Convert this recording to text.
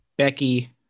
Becky